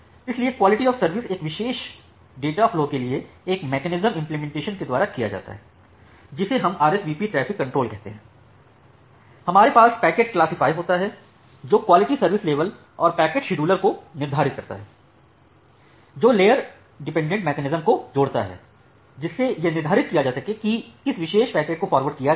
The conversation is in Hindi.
इसलिए क्वालिटी ऑफ सर्विस एक विशेष डेटा फ्लो के लिए एक मैकेनिज्म इमपलेमेंटेशन के द्वारा किया जाता है जिसे हम RSVP ट्रैफिक कंट्रोल कहते हैं हमारे पास पैकेट क्लासिफाय होता है जो क्वालिटी सर्विस लेवल और पैकेट शेड्यूलर को निर्धारित करता है जो लेयर डिपेंडेंट मैकेनिज्म को जोड़ता है जिससे ये निर्धारित किया जा सके कि किस विशेष पैकेट को फॉरवर्ड किया गया है